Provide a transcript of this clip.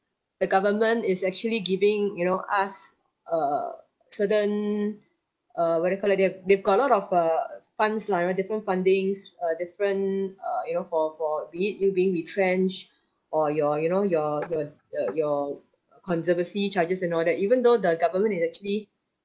the government is actually giving you know us err certain uh what do you call it they've they've got a lot of uh funds lah you know different fundings uh different uh you know for for be it you being retrenched or your you know your your uh your conservancy charges and all that even though the government is actually